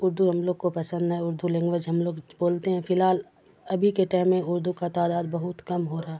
اردو ہم لوگ کو پسند ہے اردو لینگویج ہم لوگ بولتے ہیں فی الحال ابھی کے ٹیم میں اردو کا تعداد بہت کم ہو رہا